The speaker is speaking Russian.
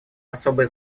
особое